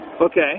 Okay